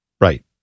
Right